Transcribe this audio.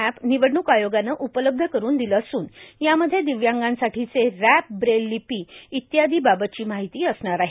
अप्र निवडणूक आयोगाने उपलब्ध करून दिले असून यामध्ये दिव्यांगासाठीचे रँप ब्रेल लिपी इत्यादी बाबतची माहिती असणार आहे